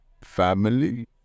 family